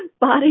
body